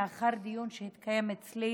לאחר דיון שהתקיים אצלי